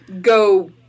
go